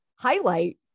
highlight